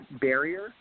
barrier